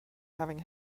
having